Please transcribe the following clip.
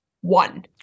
One